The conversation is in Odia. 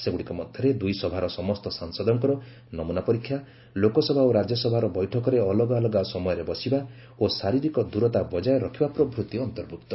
ସେଗୁଡ଼ିକ ମଧ୍ୟରେ ଦୁଇସଭାର ସମସ୍ତ ସାଂସଦଙ୍କର ନମ୍ନନା ପରୀକ୍ଷା ଲୋକସଭା ଓ ରାଜ୍ୟସଭାର ବୈଠକରେ ଅଲଗାଅଲଗା ସମୟରେ ବସାଯିବା ଓ ଶାରିରୀକ ଦୂରତା ବଜାୟ ରଖିବା ପ୍ରଭୃତି ଅନ୍ତର୍ଭୁକ୍ତ